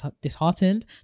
disheartened